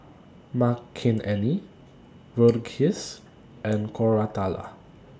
Makineni Verghese and Koratala